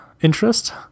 interest